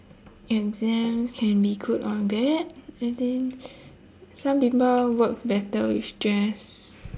exams can be good or bad as in some people work better with stress